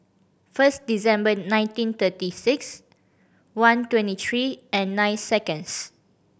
first December nineteen thirty six one twenty three and nine seconds